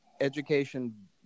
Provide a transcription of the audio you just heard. education